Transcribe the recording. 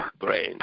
brain